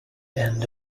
end